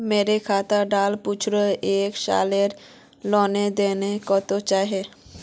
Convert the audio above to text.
मोर खाता डात पिछुर एक सालेर लेन देन कतेक होइए?